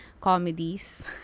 comedies